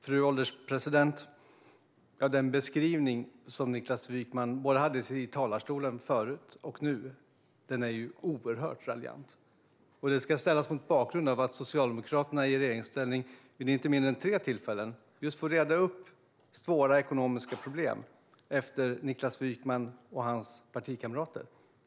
Fru ålderspresident! Den beskrivning som Niklas Wykman gjorde i talarstolen förut och nu är oerhört raljant. Den ska ställas mot bakgrund av att Socialdemokraterna i regeringsställning vid inte mindre än tre tillfällen fått reda upp svåra ekonomiska problem efter Niklas Wykman och hans partikamrater.